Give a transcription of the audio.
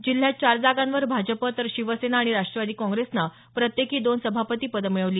जिल्ह्यात चार जागांवर भाजप तर शिवसेना आणि राष्ट्रवादी काँग्रेसनं प्रत्येकी दोन सभापती पदं मिळवली